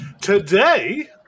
Today